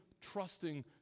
trusting